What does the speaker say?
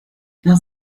nach